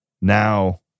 now